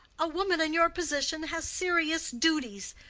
a woman in your position has serious duties.